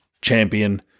champion